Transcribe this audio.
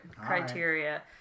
criteria